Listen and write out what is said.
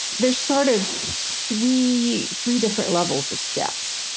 there's sort of three three different levels of steps.